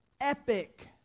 epic